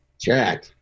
Jack